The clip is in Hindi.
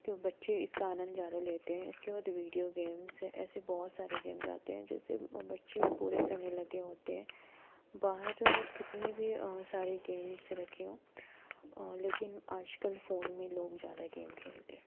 क्यों बच्चे इसका आनंद ज़्यादा लेते हैं इसके बाद वीडियो गेम्स हैं ऐसे बहुत सारे गेम्स आते हैं जैसे बच्चे भी पूरे समय लगे होते हैं बाहर कितने भी सारे गेम्स रखे हों लेकिन आज कल फ़ोन में लोग ज़्यादा गेम खेलते हैं